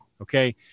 okay